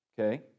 okay